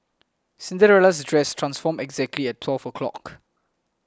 Cinderella's dress transformed exactly at twelve o'clock